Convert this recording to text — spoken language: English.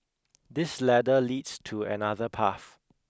this ladder leads to another path